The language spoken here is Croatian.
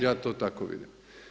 Ja to tako vidim.